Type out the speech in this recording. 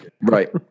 right